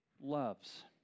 loves